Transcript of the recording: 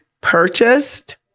purchased